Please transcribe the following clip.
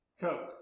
Coke